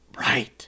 Right